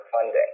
funding